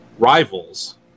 Rivals